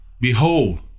behold